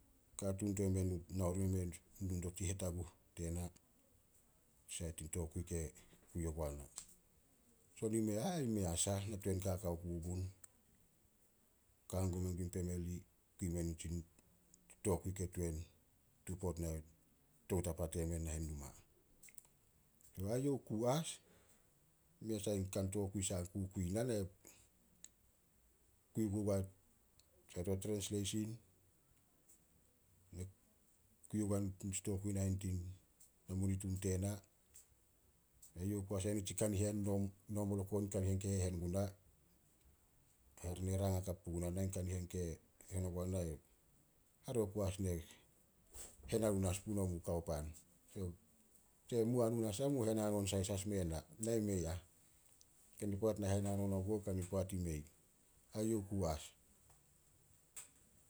Katuun temen nao rimeh me nu dia tsi hetaguh tena, tin sait tin tokui ke kui ogua na. Son i mei ah, ai mei a sah, na tuan kaka ku gun. Ka hangum men gun in pemeli, kui men nitsi tokui ke tuan tupot nai toutapa temen nahen numa. Ai youh oku as, mei sai an kan tokui sai a kukui na. Nai kui guba to sait to trensleisin, na kui gun nitsi tokui tin namunitun tena. Kanihen e nomol oku on ke hehen guna. Hare ne rang hakap puguna na, kanihen ke hen ogua na, hare ku as ne hen hanun as punomu kao pan. Mu hanun as am, mu hen hanon sahis mue na. Nai mei ah. Kani poat na hen hanon oguo, kani poat i mei. Ai youh oku as.